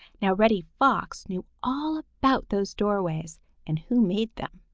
now reddy fox knew all about those doorways and who made them.